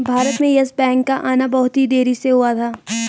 भारत में Yes Bank का आना बहुत ही देरी से हुआ था